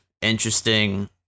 interesting